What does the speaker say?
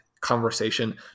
conversation